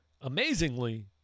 Amazingly